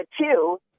two